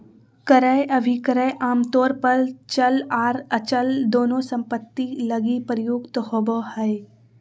क्रय अभिक्रय आमतौर पर चल आर अचल दोनों सम्पत्ति लगी प्रयुक्त होबो हय